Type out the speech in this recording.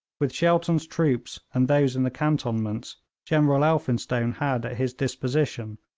with shelton's troops and those in the cantonments general elphinstone had at his disposition,